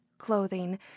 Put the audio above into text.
Clothing